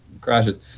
crashes